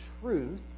truth